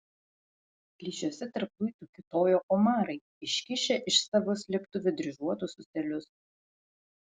plyšiuose tarp luitų kiūtojo omarai iškišę iš savo slėptuvių dryžuotus ūselius